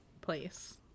place